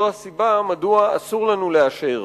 זאת הסיבה מדוע אסור לנו לאשר